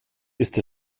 ist